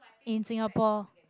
in singapore